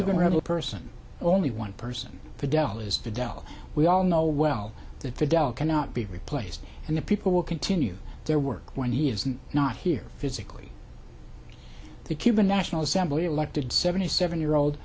a person only one person for dollars fidel we all know well that fidel cannot be replaced and the people will continue their work when he is not here physically the cuban national assembly elected seventy seven year old